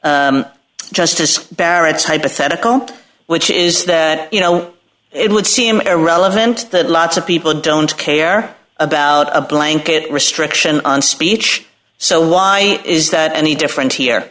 just as barrett's hypothetical which is that you know it would seem irrelevant that lots of people don't care about a blanket restriction on speech so why is that any different here